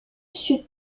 sud